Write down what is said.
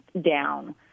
down